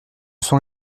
sont